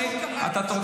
אתה תקשיב לתשובה שלי?